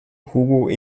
hugo